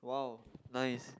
!wow! nice